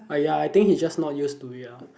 !aiya! I think he just not used to it lah